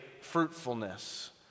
fruitfulness